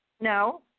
No